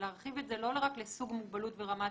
להרחיב את זה לא רק לסוג מוגבלות ברמת